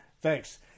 Thanks